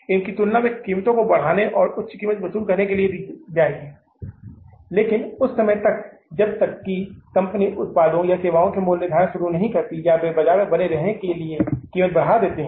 इनकी तुलना कीमत को बढ़ाने और उच्च कीमत वसूलने के लिए की जाएगी लेकिन उस समय तक जब तक कि कंपनी उत्पादों या सेवाओं का मूल्य निर्धारण शुरू नहीं करती या वे बाजार में बने रहने के लिए कीमत बढ़ा देते हैं